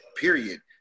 period